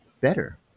better